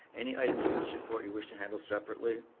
any items in this report you wish to handle separately?